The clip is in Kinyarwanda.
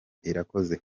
irakoze